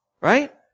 Right